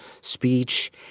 speech